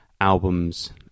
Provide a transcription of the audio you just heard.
albums